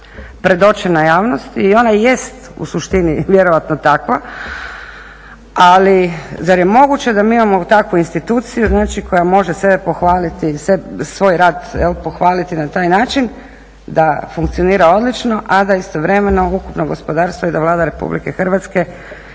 predočena javnosti i ona jest u suštini vjerojatno takva. Ali zar je moguće da imamo takvu instituciju, znači koja može sebe pohvaliti svoj rad pohvaliti na taj način da funkcionira odlično, a da istovremeno ukupno gospodarstvo i da Vlada Republike Hrvatske,